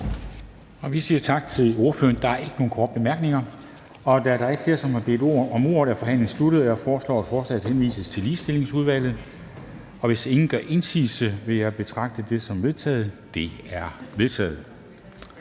Vi siger tak til ordføreren. Der er ikke nogen korte bemærkninger. Da der ikke er flere, der har bedt om ordet, er forhandlingen sluttet. Jeg foreslår, at forslaget til folketingsbeslutning henvises til Ligestillingsudvalget. Hvis ingen gør indsigelse, vil jeg betragte det som vedtaget. Det er vedtaget.